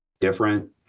different